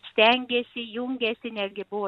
stengėsi jungėsi netgi buvo